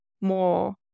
more